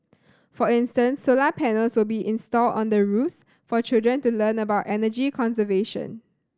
for instance solar panels will be installed on the roofs for children to learn about energy conservation